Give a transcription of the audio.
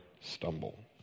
stumble